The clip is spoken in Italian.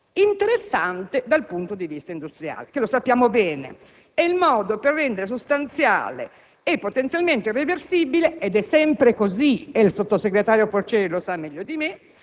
interessante dal punto di vista industriale, che, lo sappiamo bene, è il modo per rendere sostanziale e potenzialmente irreversibile - è sempre così e il sottosegretario Forcieri lo sa meglio di me